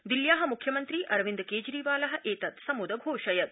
दिल्या मुख्यमन्त्री अरविन्द केजरीवाल ठित् समुदघोषयत्